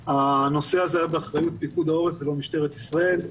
הנושא הזה היה באחריות פיקוד העורף ולא משטרת ישראל,